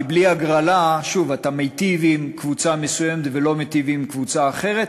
כי בלי הגרלה שוב אתה מיטיב עם קבוצה מסוימת ולא מיטיב עם קבוצה אחרת.